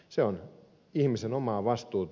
se on ihmisen omaa vastuuta